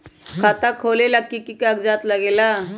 खाता खोलेला कि कि कागज़ात लगेला?